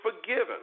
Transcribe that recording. forgiven